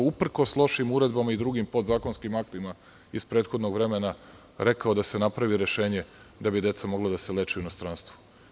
Uprkos lošim uredbama i drugim podzakonskim aktima iz prethodnog vremena rekao da se napravi rešenje da bi deca mogla da se leče u inostranstvu.